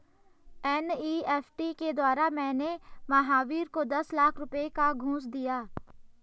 NEFT के द्वारा मैंने महावीर को दस लाख रुपए का घूंस दिया